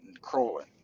crawling